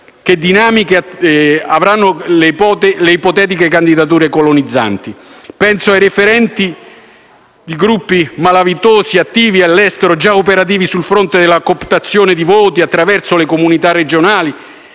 che dinamiche avranno le ipotetiche candidature colonizzanti: penso ai referenti di gruppi malavitosi attivi all'estero, già operativi sul fronte della cooptazione di voti, attraverso le comunità regionali